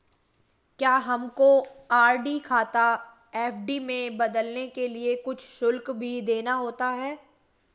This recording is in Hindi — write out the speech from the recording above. क्या हमको आर.डी खाता एफ.डी में बदलने के लिए कुछ शुल्क भी देना होता है?